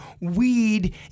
weed